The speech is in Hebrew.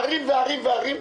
ערים וערים וערים?